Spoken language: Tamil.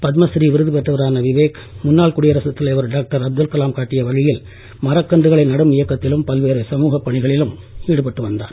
பத்மஸ்ரீ விருது பெற்றவரான விவேக் முன்னாள் குடியரசுத் தலைவர் டாக்டர் அப்துல் கலாம் காட்டிய வழியில் மரக்கன்றுகளை நடும் இயக்கத்திலும் பல்வேறு சமூக பணிகளிலும் ஈடுபட்டு வந்தார்